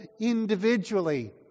individually